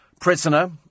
prisoner